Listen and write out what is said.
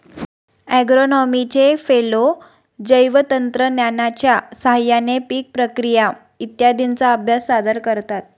ॲग्रोनॉमीचे फेलो जैवतंत्रज्ञानाच्या साहाय्याने पीक प्रक्रिया इत्यादींचा अभ्यास सादर करतात